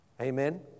Amen